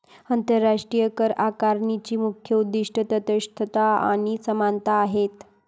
आंतरराष्ट्रीय करआकारणीची मुख्य उद्दीष्टे तटस्थता आणि समानता आहेत